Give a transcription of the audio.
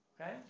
okay